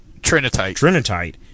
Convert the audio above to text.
Trinitite